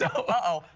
yeah oh,